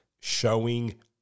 showing